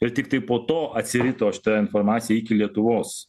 ir tiktai po to atsirito šita informacija iki lietuvos